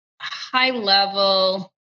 high-level